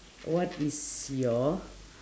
what is your